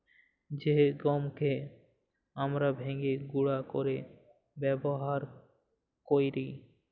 জ্যে গহমকে আমরা ভাইঙ্গে গুঁড়া কইরে ব্যাবহার কৈরি